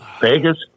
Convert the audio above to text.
Vegas